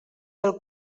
del